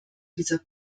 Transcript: dieser